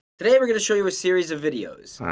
today we're gonna show you a series of videos.